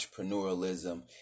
entrepreneurialism